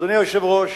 אדוני היושב-ראש,